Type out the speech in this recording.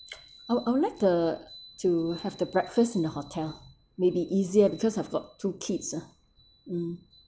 I I would like the to have the breakfast in the hotel maybe easier because I've got two kids ah mm